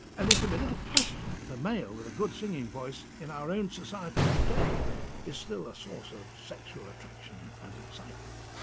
and there can be little question that a male with a good singing voice in our own society today is still a source of sexual attraction and excitement.